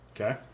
Okay